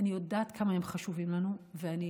אני יודעת כמה הם חשובים לנו, ואני